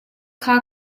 kha